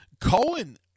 Cohen